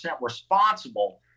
responsible